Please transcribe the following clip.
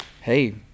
hey